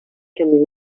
can